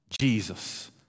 Jesus